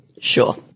Sure